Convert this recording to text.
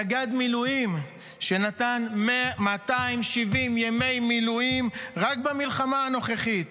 נגד מילואים שנתן 270 ימי מילואים רק במלחמה הנוכחית